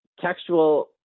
textual